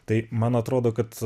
tai man atrodo kad